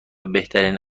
بهترین